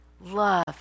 Love